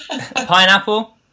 pineapple